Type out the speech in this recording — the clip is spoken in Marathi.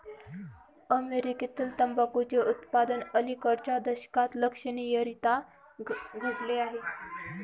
अमेरीकेतील तंबाखूचे उत्पादन अलिकडच्या दशकात लक्षणीयरीत्या घटले आहे